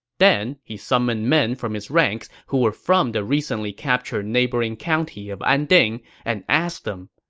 then, he summoned men from his ranks who were from the recently captured neighboring county of anding and asked them,